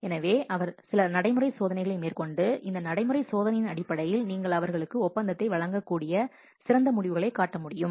எனவே அவர் சில நடைமுறை சோதனைகளை மேற்கொண்டு இந்த நடைமுறை சோதனையின் அடிப்படையில் நீங்கள் அவர்களுக்கு ஒப்பந்தத்தை வழங்கக்கூடிய சிறந்த முடிவுகளைக் காட்ட முடியும்